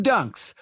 Dunks